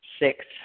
Six